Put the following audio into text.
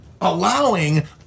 allowing